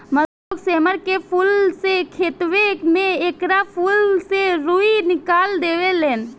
मजदूर लोग सेमर के फूल से खेतवे में एकरा फूल से रूई निकाल देवे लेन